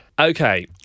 Okay